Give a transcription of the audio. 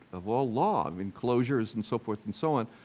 of all law, of enclosures and so forth and so on.